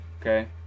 okay